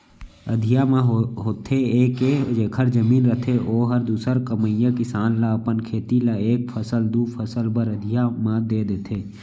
अधिया म होथे ये के जेखर जमीन रथे ओहर दूसर कमइया किसान ल अपन खेत ल एक फसल, दू फसल बर अधिया म दे देथे